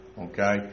Okay